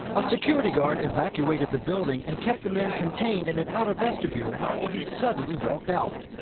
a security guard evacuated the building and kept the man contained in an outer vestibule before he suddenly walked out.